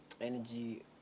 energy